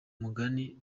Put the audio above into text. umugani